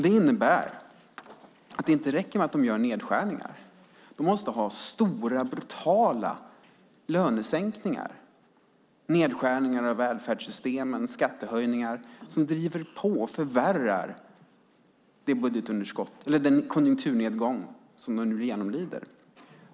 Det innebär att det inte räcker med att de gör nedskärningar. De måste genomföra stora, brutala lönesänkningar, nedskärningar av välfärdssystemen och skattehöjningar som driver på och förvärrar den konjunkturnedgång som de nu genomlider.